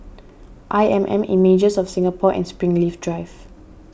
I M M Images of Singapore and Springleaf Drive